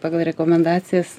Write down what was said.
pagal rekomendacijas